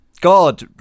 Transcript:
God